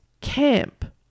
Camp